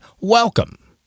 welcome